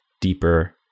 deeper